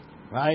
Right